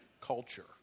culture